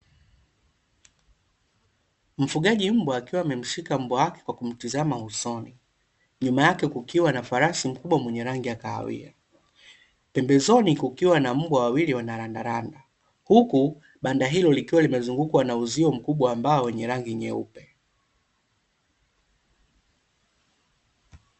Mfugaji mbwa akiwa amemshika mbwa wake kwa kumtizama usoni. Nyuma yake kukiwa na farasi mkubwa mwenye rangi ya kahawia. Pembezoni kukiwa na mbwa wawili wanarandaranda. Huku banda hilo likiwa limezungukwa na uzio mkubwa wa mbao wenye rangi nyeupe.